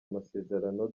amasezerano